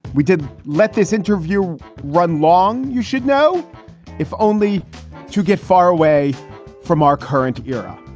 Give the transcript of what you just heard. we did let this interview run long. you should know if only to get far away from our current era.